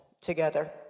together